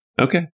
Okay